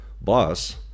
boss